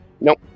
Nope